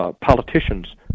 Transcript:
Politicians